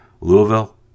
Louisville